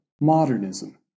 modernism